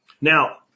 Now